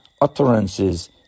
utterances